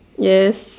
yes